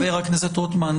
חבר הכנסת רוטמן,